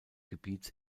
gebietes